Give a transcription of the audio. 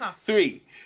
three